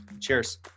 Cheers